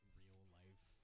real-life